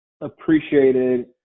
appreciated